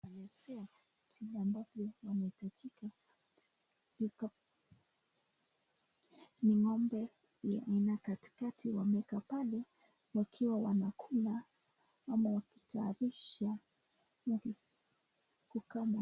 Inaelezea vile ambapo wanahitajika. Ni ng'ombe ni aina ya katikati wameweka pale wakiwa wanakula ama wakitayarisha kukama.